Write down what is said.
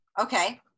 Okay